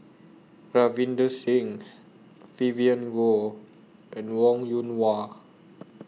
Ravinder Singh Vivien Goh and Wong Yoon Wah